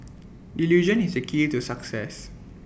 delusion is the key to success